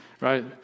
right